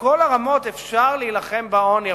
בכל הרמות אפשר להילחם בעוני,